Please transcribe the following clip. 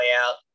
out